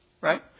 right